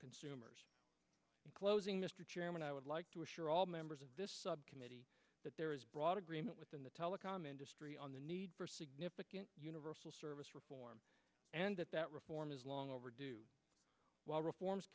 consumers in closing mr chairman i would like to assure all members of this subcommittee that there is broad agreement within the telecom industry on the need for significant universal service reform and that that reform is long overdue while reforms